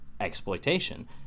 Exploitation